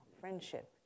friendship